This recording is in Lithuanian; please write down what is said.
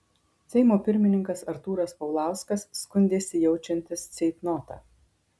seimo pirmininkas artūras paulauskas skundėsi jaučiantis ceitnotą